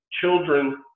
children